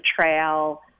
trail